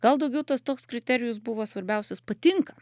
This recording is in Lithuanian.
gal daugiau tas toks kriterijus buvo svarbiausias patinka